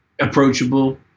approachable